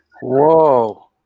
Whoa